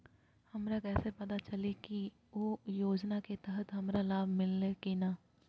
हमरा कैसे पता चली की उ योजना के तहत हमरा लाभ मिल्ले की न?